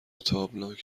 تابناک